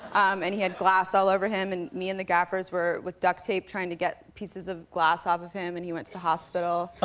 and he had glass all over him, and me and the gaffers were with duct tape, trying to get pieces of glass off of him, and he went to the hospital.